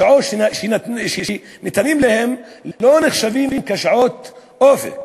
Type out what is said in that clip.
השעות שניתנות להם לא נחשבות כשעות "אופק".